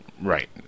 Right